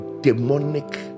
demonic